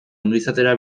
ongizatera